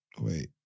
Wait